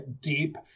Deep